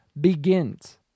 begins